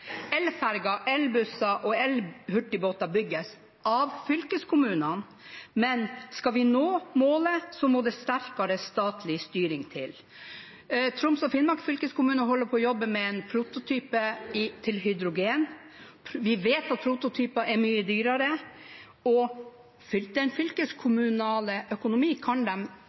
Elferger, elbusser og elhurtigbåter bygges – av fylkeskommunene. Men skal vi nå målet, må det sterkere statlig styring til. Troms og Finnmark fylkeskommune holder på å jobbe med en prototype med hydrogen. Vi vet at prototyper er mye dyrere. Den fylkeskommunale økonomien kan